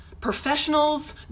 professionals